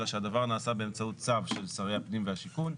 אלא שהדבר נעשה באמצעות צו של שרי הפנים והשיכון,